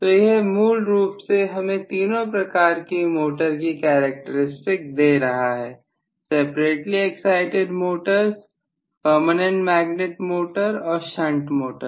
तो यह मूल रूप से हमें तीनों प्रकार की मोटर की कैरेक्टरिस्टिक दे रहा है separately excited motors PM motor और शंट मोटर